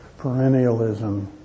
perennialism